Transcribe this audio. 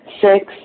Six